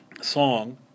song